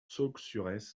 saulxures